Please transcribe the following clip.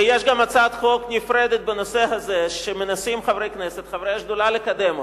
ויש גם הצעת חוק נפרדת בנושא הזה שחברי כנסת חברי השדולה מנסים לקדם,